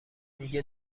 میگه